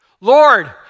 Lord